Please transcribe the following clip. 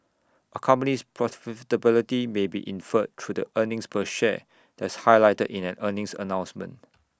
A company's may be inferred through the earnings per share that's highlighted in an earnings announcement